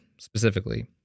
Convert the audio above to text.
specifically